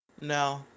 no